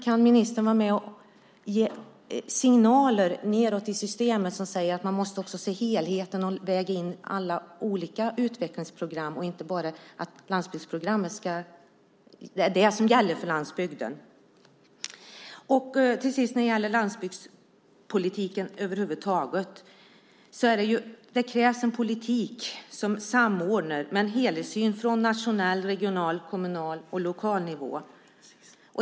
Kan ministern ge signaler nedåt i systemet som säger att man måste se helheten och väga in alla olika utvecklingsprogram och inte bara säga att landsbygdsprogrammet är det som gäller för landsbygden? Till sist, när det gäller landsbygdspolitiken över huvud taget, krävs det en politik som samordnar med en helhetssyn på national, regional, kommunal och lokal nivå.